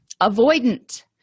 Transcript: avoidant